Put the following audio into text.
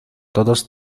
todos